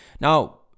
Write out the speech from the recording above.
Now